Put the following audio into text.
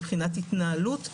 מבחינת התנהלות,